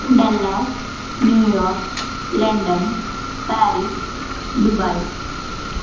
Dallas New York London Paris Dubai